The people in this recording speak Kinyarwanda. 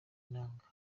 inanga